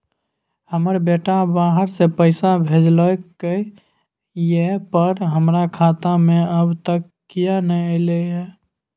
हमर बेटा बाहर से पैसा भेजलक एय पर हमरा खाता में अब तक किये नाय ऐल है?